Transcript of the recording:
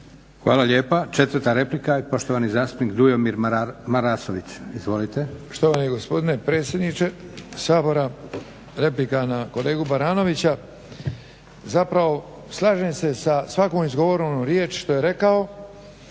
Hvala lijepa. Četvrta replika i poštovani zastupnik Dujomir Marasović. Izvolite. **Marasović, Dujomir (HDZ)** Štovani gospodine predsjedniče Sabora. Replika na kolegu Baranovića. Zapravo slažem se sa svakom izgovorenom riječi što je rekao,